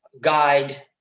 guide